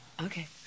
Okay